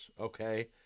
okay